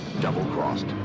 Double-crossed